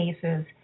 cases